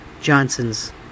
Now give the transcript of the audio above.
Johnsons